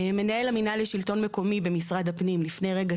מנהל המינהל לשלטון מקומי במשרד הפנים ציין לפני רגע